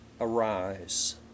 arise